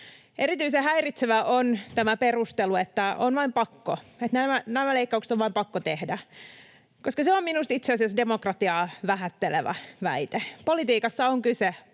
Erityisen häiritsevä on tämä perustelu, että on vain pakko, nämä leikkaukset on vain pakko tehdä, koska se on minusta itse asiassa demokratiaa vähättelevä väite. Politiikassa on kyse